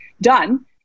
done